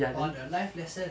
on the life lesson